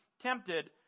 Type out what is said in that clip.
tempted